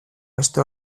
beste